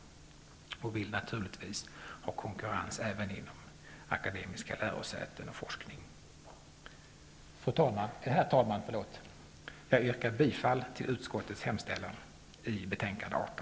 Vi vill naturligtvis ha konkurrens även inom akademiska lärosäten och forskning. Herr talman! Jag yrkar bifall till utskottets hemställan i utbildningsutskottets betänkande 18.